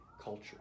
culture